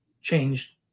changed